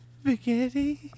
Spaghetti